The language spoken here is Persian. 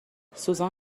سوزان